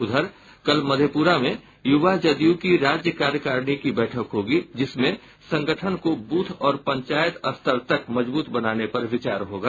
उधर कल मधेपुरा में युवा जयदू की राज्य कार्यकारिणी की बैठक होगी जिसमें संगठन को बूथ और पंचायत स्तर तक मजबूत बनाने पर विचार होगा